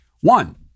One